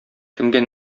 кемгә